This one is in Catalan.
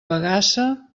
bagassa